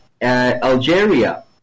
Algeria